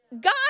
God